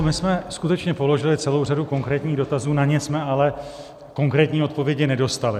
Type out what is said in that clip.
My jsme skutečně položili celou řadu konkrétních dotazů, na ně jsme ale konkrétní odpovědi nedostali.